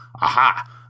Aha